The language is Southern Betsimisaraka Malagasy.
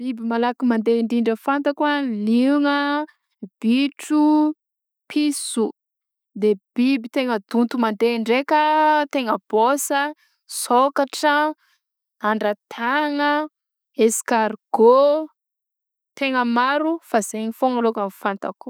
Biby malaky mandeha ndrindra fanatako a liona a; bitro, piso; de ny biby tena donto mandeha ndreka tena bôsa: sôkatra, andratagna; escargôt, tegna maro fa zegny foagna alôngany fantako.